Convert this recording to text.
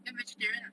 then vegetarian ah